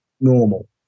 normal